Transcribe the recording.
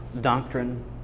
doctrine